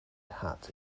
hat